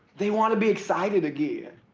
they want to be excited again.